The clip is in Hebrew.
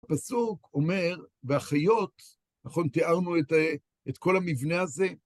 הפסוק אומר, והחיות, נכון, תיארנו את כל המבנה הזה.